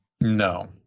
No